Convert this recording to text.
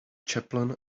chaplain